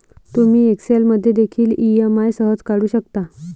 तुम्ही एक्सेल मध्ये देखील ई.एम.आई सहज काढू शकता